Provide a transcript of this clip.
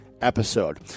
episode